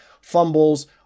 fumbles